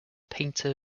painter